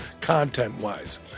content-wise